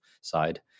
side –